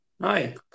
Hi